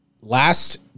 Last